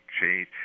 change